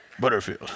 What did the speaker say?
Butterfield